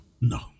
No